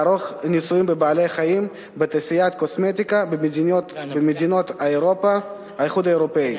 לערוך ניסויים בבעלי-חיים בתעשיית הקוסמטיקה במדינות האיחוד האירופי,